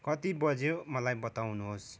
कति बज्यो मलाई बताउनुहोस्